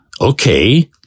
Okay